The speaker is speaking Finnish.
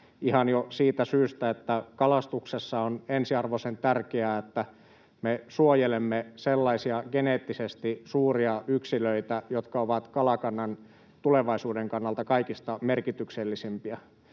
ihan jo siitä syystä, että kalastuksessa on ensiarvoisen tärkeää, että me suojelemme sellaisia geneettisesti suuria yksilöitä, jotka ovat kalakannan tulevaisuuden kannalta kaikista merkityksellisimpiä.